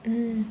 mm